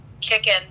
kicking